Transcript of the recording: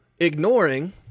Ignoring